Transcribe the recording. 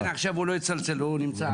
לכן עכשיו הוא לא יצלצל, הוא נמצא על שקט.